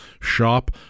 shop